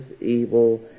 evil